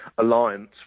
alliance